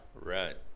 right